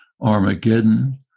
Armageddon